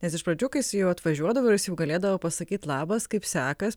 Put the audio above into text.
nes iš pradžių kai su juo atvažiuodavau ir jis jau galėdavo pasakyt labas kaip sekas